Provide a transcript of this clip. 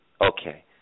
Okay